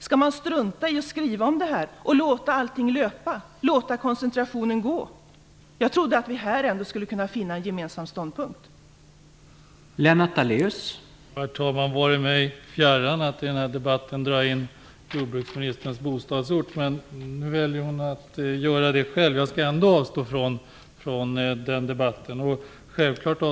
Skall man strunta i att skriva om detta och låta allting löpa, låta koncentrationen gå vidare? Jag trodde att vi skulle kunna finna en gemensam ståndpunkt här.